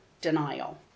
denial